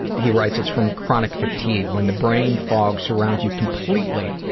he writes, it's from chronic fatigue. when the brain fog surrounds you completely,